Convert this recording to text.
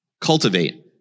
Cultivate